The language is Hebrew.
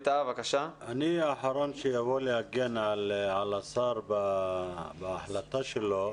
אני אחרון שאבוא להגן על השר בהחלטה שלו,